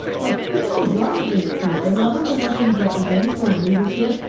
but people love this kid. they love him for what he represents, for his leadership,